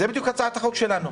זו בדיוק הצעת החוק שלנו.